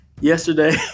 yesterday